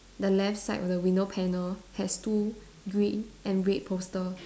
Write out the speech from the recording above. the left side of the window panel has two green and red poster